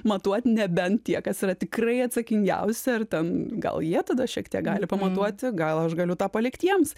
matuot nebent tie kas yra tikrai atsakingiausi ar ten gal jie tada šiek tiek gali pamatuoti gal aš galiu tą palikt jiems